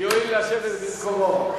יואיל לשבת במקומו.